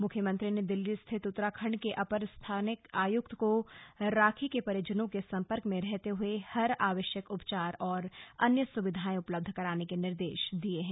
मुख्यमंत्री ने दिल्ली स्थित उत्तराखंड के अपर स्थानिक आयुक्त को राखी के परिजनों के सम्पर्क में रहते हुए हर आवश्यक उपचार और अन्य सुविधाएं उपलब्ध कराने के निर्देश दिये हैं